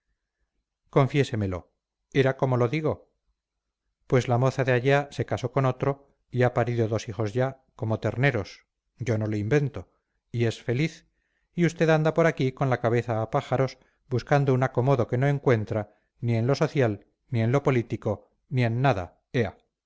cortesanas confiésemelo era como lo digo pues la moza de allá se casó con otro y ha parido dos hijos ya como terneros yo no lo invento y es feliz y usted anda por aquí con la cabeza a pájaros buscando un acomodo que no encuentra ni en lo social ni en lo político ni en nada